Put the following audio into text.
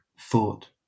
thought